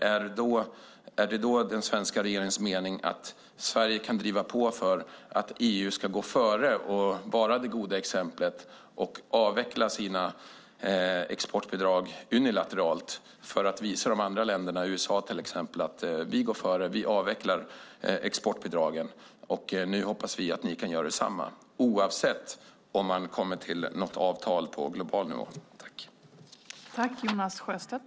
Är det den svenska regeringens mening att Sverige kan driva på för att EU ska gå före och vara det goda exemplet och avveckla sina exportbidrag unilateralt för att visa de andra länderna - USA till exempel - att vi avvecklar exportbidragen och hoppas att de kan göra detsamma oavsett om man kommer till ett avtal på global nivå eller inte?